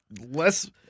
less